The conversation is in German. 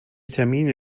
termine